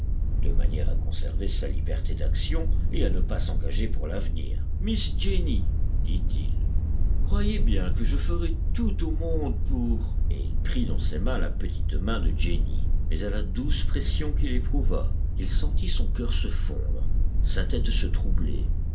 de manière à conserver sa liberté d'action et à ne pas s'engager pour l'avenir miss jenny dit-il croyez bien que je ferai tout au monde pour et il prit dans ses mains la petite main de jenny mais à la douce pression qu'il éprouva il sentit son cœur se fondre sa tête se troubler